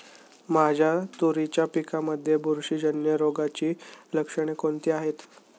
माझ्या तुरीच्या पिकामध्ये बुरशीजन्य रोगाची लक्षणे कोणती आहेत?